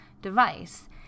device